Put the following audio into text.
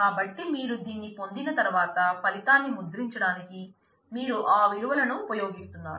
కాబట్టి మీరు దీన్ని పొందిన తర్వాత ఫలితాన్ని ముద్రించడానికి మీరు ఆ విలువలను ఉపయోగిస్తున్నారు